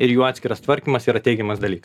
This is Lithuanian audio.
ir jų atskiras tvarkymas yra teigiamas dalykas